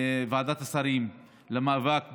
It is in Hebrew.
ועדת השרים למאבק באלימות.